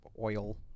oil